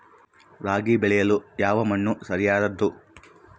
ರಾಗಿ ಬೆಳೆಯಲು ಯಾವ ಮಣ್ಣು ಸರಿಯಾದದ್ದು?